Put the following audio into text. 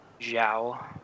Zhao